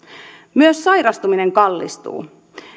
myös sairastuminen kallistuu